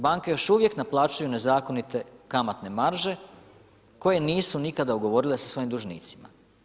Banke još uvijek naplaćuju nezakonite kamatne marže koje nisu nikada ugovorili sa svojim dužnicima.